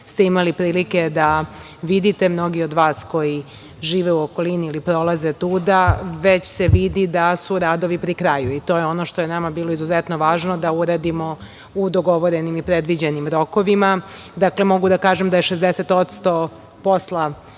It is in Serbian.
ste imali prilike da vidite. Mnogi od vas koji žive u okolini ili prolaze tuda, već se vidi da su radovi pri kraju i to je ono što je nama bilo izuzetno važno da uradimo u dogovorenim i predviđenim rokovima. Dakle, mogu da kažem da je 60% posla